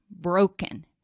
broken